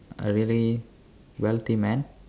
A really wealthy man